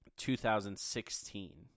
2016